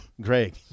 Greg